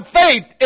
faith